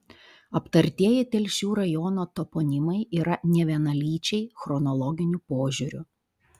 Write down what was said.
aptartieji telšių rajono toponimai yra nevienalyčiai chronologiniu požiūriu